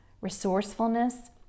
resourcefulness